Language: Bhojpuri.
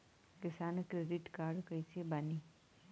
किसान क्रेडिट कार्ड कइसे बानी?